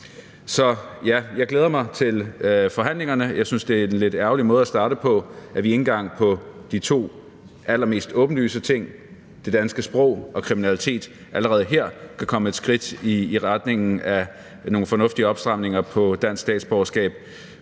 Så ja, jeg glæder mig til forhandlingerne. Jeg synes, det er en lidt ærgerlig måde at starte på, at vi ikke engang på de to allermest åbenlyse ting – det danske sprog og kriminalitet – allerede her kan komme et skridt i retning af nogle fornuftige opstramninger med hensyn til dansk statsborgerskab.